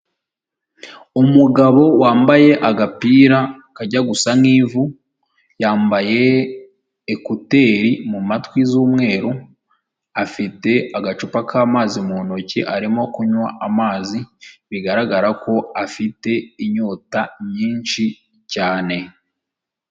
Umugabo wambaye agapira kajya gusa n'ivu ,yambaye ekuteri mu matwi z'umweru, afite agacupa ka amazi mu ntoki arimo kunywa amazi, bigaragara ko afite inyota nyinshi cyane.